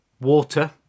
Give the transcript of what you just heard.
water